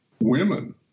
women